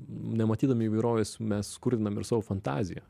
nematydami įvairovės mes skurdinam ir savo fantaziją